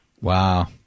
Wow